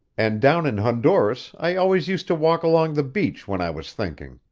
and down in honduras i always used to walk along the beach when i was thinking.